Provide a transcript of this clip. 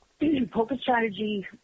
PokerStrategy